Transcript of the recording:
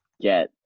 get